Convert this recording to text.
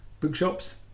bookshops